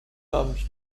comes